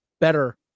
better